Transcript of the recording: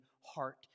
heart